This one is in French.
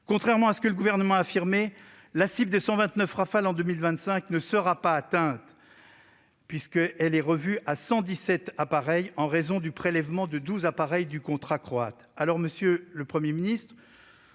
Contrairement à ce que le Gouvernement a affirmé, la cible de 129 Rafale en 2025 ne sera pas atteinte : elle a été revue à 117 Rafale en raison du prélèvement des 12 appareils du contrat croate. Monsieur le Premier ministre,